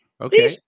Okay